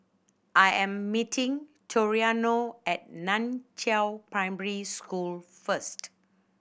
I am meeting Toriano at Nan Chiau Primary School first